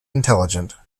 intelligent